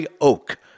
Oak